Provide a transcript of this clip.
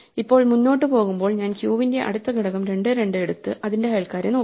ഇപ്പോൾ മുന്നോട്ട് പോകുമ്പോൾ ഞാൻ ക്യൂവിന്റെ അടുത്ത ഘടകം 2 2 എടുത്ത് അതിന്റെ അയൽക്കാരെ നോക്കും